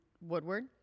Woodward